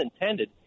intended